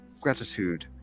gratitude